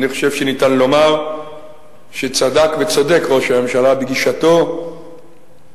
אני חושב שניתן לומר שצדק וצודק ראש הממשלה בגישתו הזהירה: